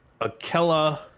Akella